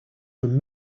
from